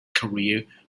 career